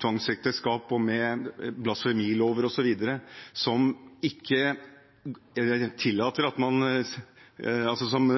tvangsekteskap, blasfemilover, osv., og som